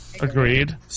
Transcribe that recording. Agreed